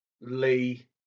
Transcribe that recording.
Lee